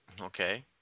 Okay